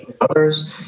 others